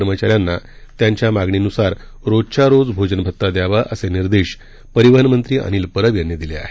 कर्मचाऱ्यांना त्यांच्या मागणीनुसार रोजच्या रोज भोजनभत्ता द्यावा असे निर्देश परिवहन मंत्री अनिल परब यांनी दिले आहेत